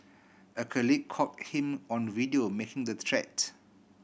a colleague caught him on video making the threat